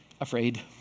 afraid